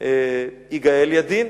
יגאל ידין.